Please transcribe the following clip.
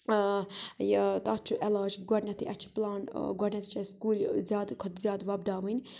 یہِ تَتھ چھُ علاج گۄڈنٮ۪تھٕے اَسہِ چھِ پُلانٛٹ گۄڈنٮ۪تھٕے چھِ اَسہِ کُلۍ زیادٕ کھۄتہٕ زیادٕ وۄپداوٕنۍ